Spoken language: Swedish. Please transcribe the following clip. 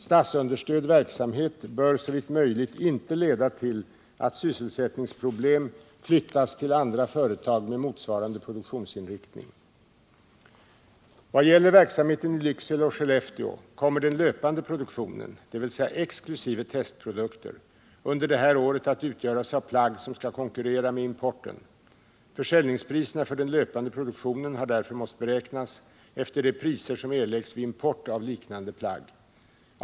Statsunderstödd verksamhet bör såvitt möjligt inte leda till att sysselsättningsproblem flyttas till andra företag med motsvarande produktionsinriktning. Vad gäller verksamheten i Lycksele och Skellefteå kommer den löpande produktionen, dvs. exkl. testprodukter, under det här året att utgöras av plagg som skall konkurrera med importen. Försäljningspriserna för den löpande produktionen har därför måst beräknas efter de priser som erläggs vid import av liknande plagg.